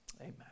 amen